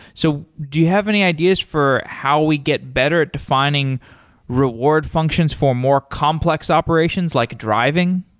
so do you have any ideas for how we get better at defining reward functions for more complex operations like driving?